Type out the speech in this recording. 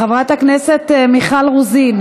חברת הכנסת מיכל רוזין,